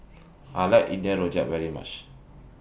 I like India Rojak very much